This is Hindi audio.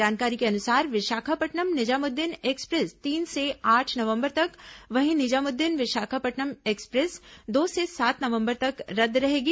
जानकारी के अनुसार विशाखापट्नम निजामुद्दीन एक्सप्रेस तीन से आठ नवंबर तक वहीं निजामुद्दीन विशाखापट्नम एक्सप्रेस दो से सात नवंबर तक रद्द रहेगी